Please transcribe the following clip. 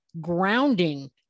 Grounding